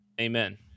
Amen